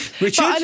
Richard